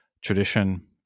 tradition